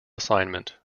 assignment